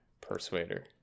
persuader